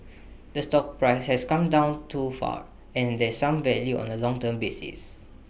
the stock price has come down too far and there's some value on A long term basis